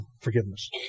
forgiveness